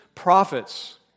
prophets